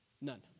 None